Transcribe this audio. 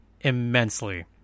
immensely